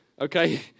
okay